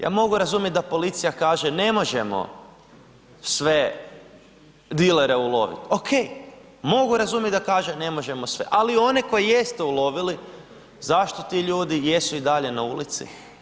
Ja mogu razumjeti da policija kaže ne možemo sve dilere uloviti, ok, mogu razumjet da kaže ne možemo sve, ali one koje jeste ulovili zašto ti ljudi jesu i dalje na ulici.